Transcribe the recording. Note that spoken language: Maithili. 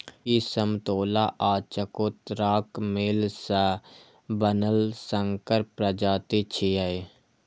ई समतोला आ चकोतराक मेल सं बनल संकर प्रजाति छियै